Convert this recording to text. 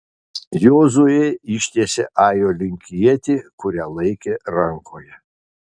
jozuė ištiesė ajo link ietį kurią laikė rankoje